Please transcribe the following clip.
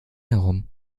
herum